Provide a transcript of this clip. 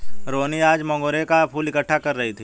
रोहिनी आज मोंगरे का फूल इकट्ठा कर रही थी